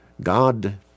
God